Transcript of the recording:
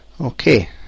Okay